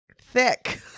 Thick